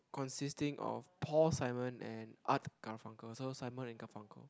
consisting of Paul Simon and Art Garfunkel so Simon and Garfunkel